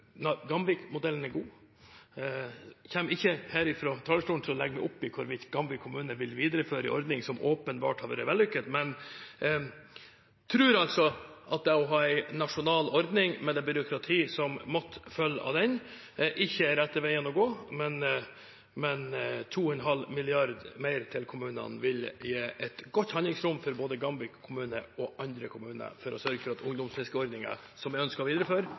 er god. Jeg kommer ikke her fra talerstolen til å legge meg opp i hvorvidt Gamvik kommune vil videreføre en ordning som åpenbart har vært vellykket, men jeg tror at det å ha en nasjonal ordning, med det byråkratiet som måtte følge av den, ikke er rette veien å gå. 2,5 mrd. kr mer til kommunene vil gi et godt handlingsrom for både Gamvik og andre kommuner til å sørge for at ungdomsfiskeordningen, som jeg ønsker å videreføre,